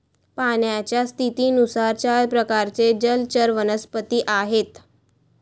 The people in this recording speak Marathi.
पाण्याच्या स्थितीनुसार चार प्रकारचे जलचर वनस्पती आहेत